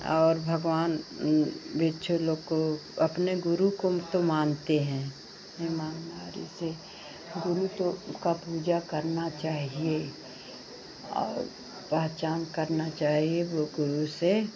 और भगवान भिक्षु लोग को अपने गुरू को तो मानते हैं ईमानदारी से गुरू तो का पूजा करना चाहिए और पहचान करना चाहिए वह गुरू से